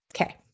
Okay